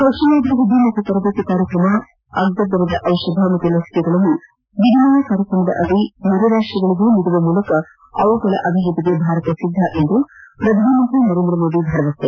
ಕೌತಲಾಭಿವೃದ್ದಿ ಮತ್ತು ತರಬೇತಿ ಕಾರ್ಯಕ್ರಮ ಅಗ್ಗ ದರದ ಔಷಧ ಹಾಗೂ ಲಸಿಕೆಗಳನ್ನು ವಿನಿಮಯ ಕಾರ್ಯಕ್ರಮದಡಿ ನೆರೆರಾಷ್ಟಗಳಿಗೆ ನೀಡುವ ಮೂಲಕ ಅವುಗಳ ಅಭಿವೃದ್ದಿಗೆ ಭಾರತ ಸಿದ್ದ ಎಂದು ಪ್ರಧಾನಮಂತ್ರಿ ನರೇಂದ್ರಮೋದಿ ಭರವಸೆ